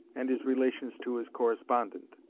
and his relations to his correspondent.